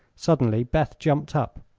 suddenly beth jumped up.